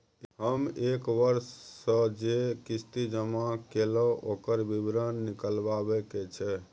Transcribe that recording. हम एक वर्ष स जे किस्ती जमा कैलौ, ओकर विवरण निकलवाबे के छै?